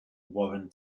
warren